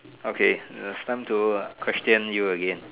okay its time to question you again